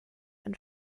and